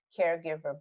caregiver